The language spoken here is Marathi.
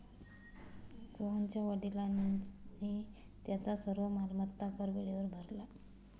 सोहनच्या वडिलांनी त्यांचा सर्व मालमत्ता कर वेळेवर भरला